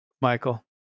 Michael